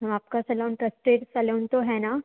ma'am आपका salon trusted salon तो है न